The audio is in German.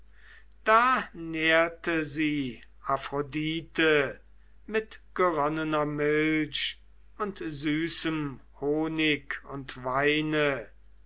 da nährte sie aphrodite mit geronnener milch und süßem honig und weine